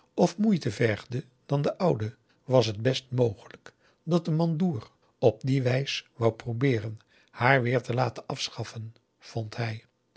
of moeite vergde dan de oude was het best mogelijk dat de mandoer op die wijs wou proaugusta de wit orpheus in de dessa beeren haar weer te laten afschaffen vond hij